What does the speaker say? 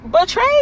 betrayed